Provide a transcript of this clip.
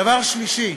דבר שלישי,